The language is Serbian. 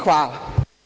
Hvala.